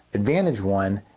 advantage one,